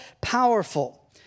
powerful